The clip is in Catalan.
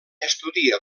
estudia